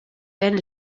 then